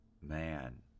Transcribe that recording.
Man